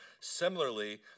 Similarly